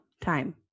time